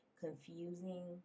confusing